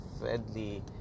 friendly